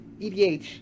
EDH